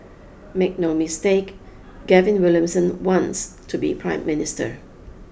make no mistake Gavin Williamson wants to be Prime Minister